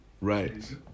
Right